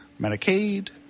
medicaid